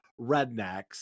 rednecks